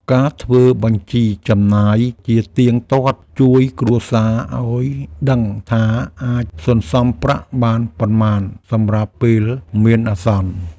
ការធ្វើបញ្ជីចំណាយជាទៀងទាត់ជួយគ្រួសារឲ្យដឹងថាអាចសន្សំប្រាក់បានប៉ុន្មានសម្រាប់ពេលមានអាសន្ន។